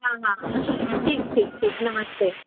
हाँ हाँ ठीक ठीक ठीक नमस्ते